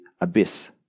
abyss